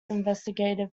investigative